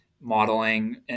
modeling